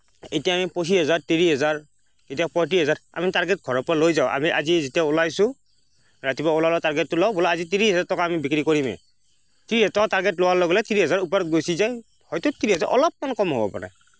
এতিয়া আমি পঁচিছ হেজাৰ ত্ৰিছ হেজাৰ এতিয়া পঁইত্ৰিছ হেজাৰ আমি টাৰ্গেত ঘৰৰ পৰা লৈ যাওঁ আজি যেতিয়া ওলাইছোঁ ৰাতিপুৱা ওলালে টাৰ্গেতটো লওঁ বোলে আজি ত্ৰিছ হেজাৰ টকা আামি বিক্ৰী কৰিমেই